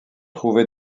trouvé